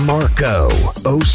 Marco